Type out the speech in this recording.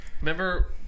Remember